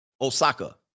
Osaka